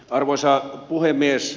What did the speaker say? arvoisa puhemies